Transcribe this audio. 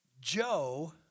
Joe